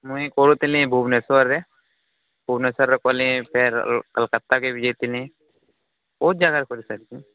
ମୁଁ କହୁଥିଲି ଭୁବନେଶ୍ୱରରେ ଭୁବନେଶ୍ୱରରେ କଲି ଫେର କଲିକତାକକୁ ବି ଯାଇଥିଲି ବହୁତ ଜାଗାରେ କରିସାରଛି